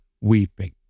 weeping